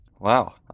Wow